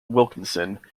wilkinson